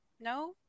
No